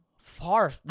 Far